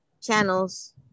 channels